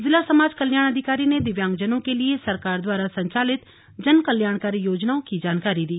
जिला समाज कल्याण अधिकारी ने दिव्यांग जनों के लिए सरकार द्वारा संचालित जनकल्याणकारी योजनाओं की जानकारी दी